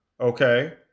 okay